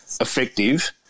effective